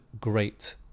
great